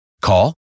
Call